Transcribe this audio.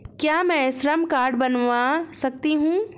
क्या मैं श्रम कार्ड बनवा सकती हूँ?